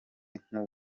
nk’u